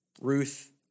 Ruth